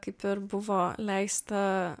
kaip ir buvo leista